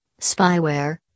spyware